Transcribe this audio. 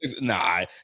Nah